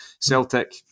Celtic